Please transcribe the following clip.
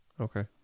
okay